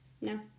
No